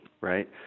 right